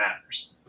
matters